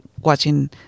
watching